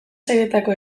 sailetako